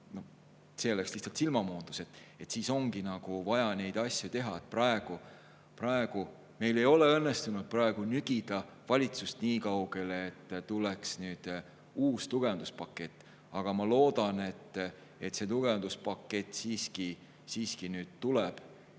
see oleks lihtsalt silmamoondus. Nii et ongi vaja neid asju teha. Meil ei ole õnnestunud praegu nügida valitsust niikaugele, et tuleks uus tugevduspakett, aga ma loodan, et see tugevduspakett siiski nüüd tuleb,